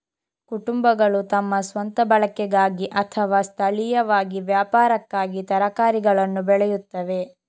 ಕುಟುಂಬಗಳು ತಮ್ಮ ಸ್ವಂತ ಬಳಕೆಗಾಗಿ ಅಥವಾ ಸ್ಥಳೀಯವಾಗಿ ವ್ಯಾಪಾರಕ್ಕಾಗಿ ತರಕಾರಿಗಳನ್ನು ಬೆಳೆಯುತ್ತವೆ